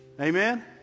Amen